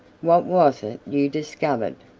what was it you discovered?